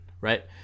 right